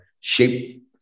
shape